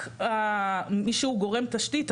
רק מי שהוא גורם תשתית.